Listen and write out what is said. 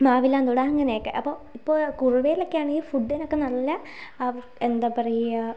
മാവിലാംതോട് അങ്ങനെയൊക്കെ അപ്പോൾ ഇപ്പോൾ കുറുവയിലൊക്കെയാണെങ്കിൽ ഫുഡിനൊക്കെ നല്ല അവർ എന്താ പറയുക